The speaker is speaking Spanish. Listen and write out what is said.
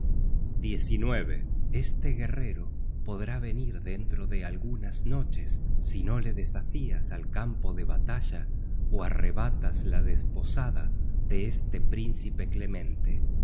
katt este guerrero podrá venir dentro de algunas noches si no le desafias al campo de batalla ó arrebatas la desposada de este príncipe clemente